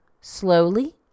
Slowly